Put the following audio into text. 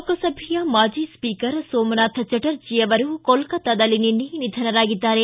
ಲೋಕಸಭೆಯ ಮಾಜಿ ಸ್ವೀಕರ್ ಸೋಮನಾಥ್ ಚಟರ್ಜಿ ಅವರು ಕೋಲ್ಕತ್ತಾದಲ್ಲಿ ನಿನ್ನೆ ನಿಧನರಾಗಿದ್ದಾರೆ